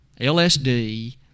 LSD